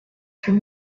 term